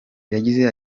yagize